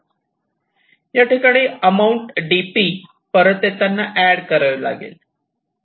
याठिकाणी amount d परत येताना ऍड करावी लागेल